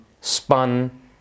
spun